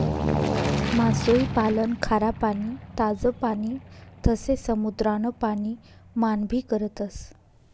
मासोई पालन खारा पाणी, ताज पाणी तसे समुद्रान पाणी मान भी करतस